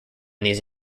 these